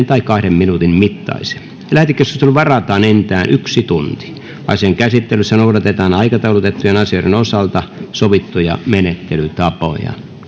tai kahden minuutin mittaisina lähetekeskusteluun varataan enintään yksi tunti asian käsittelyssä noudatetaan aikataulutettujen asioiden osalta sovittuja menettelytapoja